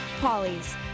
Polly's